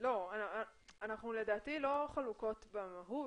לדעתי אנחנו לא חלוקות במהות.